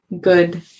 good